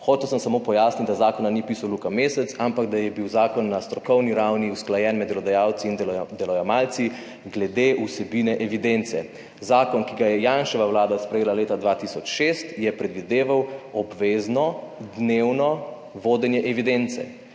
Hotel sem samo pojasniti, da zakona ni pisal Luka Mesec, ampak da je bil zakon na strokovni ravni usklajen med delodajalci in delojemalci glede vsebine evidence. Zakon, ki ga je Janševa vlada sprejela leta 2006 je predvideval obvezno dnevno vodenje evidence.